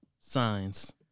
Signs